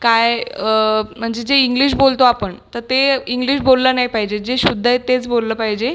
काय म्हणजे जे इंग्लिश बोलतो आपण तर ते इंग्लिश बोललं नाही पाहिजे जे शुद्ध आहे तेच बोललं पाहिजे